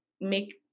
make